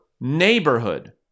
neighborhood